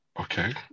Okay